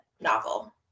novel